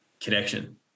connection